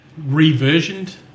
reversioned